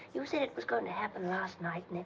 you said it was going to happen last night,